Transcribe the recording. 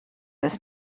his